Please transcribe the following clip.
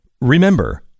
Remember